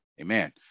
Amen